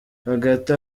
hagati